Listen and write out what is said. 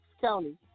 County